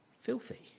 filthy